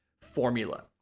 Formula